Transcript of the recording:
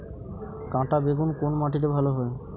কাঁটা বেগুন কোন মাটিতে ভালো হয়?